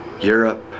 Europe